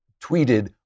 tweeted